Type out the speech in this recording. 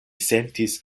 sentis